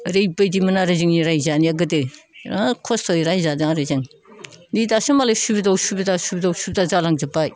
ओरैबायदिमोन आरो जोंनि रायजो जानाया गोदो बिराद खस्थ'यै रायजो जादों आरो जों नै दासो मालाय सुबिदा असुबिदा असुबिदा जालांजोब्बाय